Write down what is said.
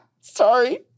Sorry